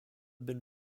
been